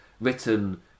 written